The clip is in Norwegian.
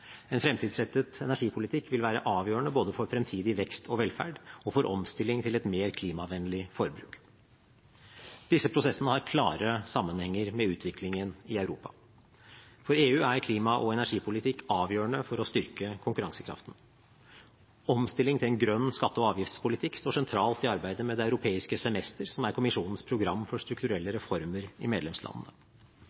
En fremtidsrettet energipolitikk vil være avgjørende både for fremtidig vekst og velferd og for omstilling til et mer klimavennlig forbruk. Disse prosessene har klare sammenhenger med utviklingen i Europa. For EU er klima- og energipolitikk avgjørende for å styrke konkurransekraften. Omstilling til en grønn skatte- og avgiftspolitikk står sentralt i arbeidet med det europeiske semester, som er kommisjonens program for strukturelle reformer i medlemslandene.